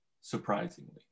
surprisingly